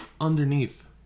underneath